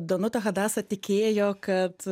danutė hadasa tikėjo kad